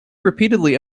repeatedly